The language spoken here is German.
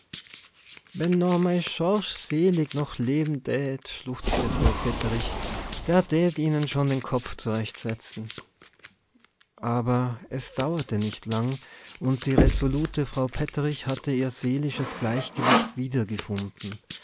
mei schorsch selig noch lewe dhät schluchzte frau petterich der dhät ihne schon de kopp zurechtsetze aber es dauerte nicht lang und die resolute frau petterich hatte ihr seelisches gleichgewicht wiedergefunden